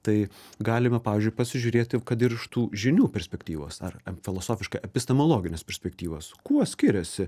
tai galime pavyzdžiui pasižiūrėti kad ir iš tų žinių perspektyvos ar filosofiškai epistemologinės perspektyvos kuo skiriasi